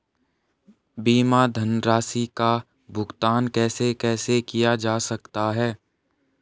बीमा धनराशि का भुगतान कैसे कैसे किया जा सकता है?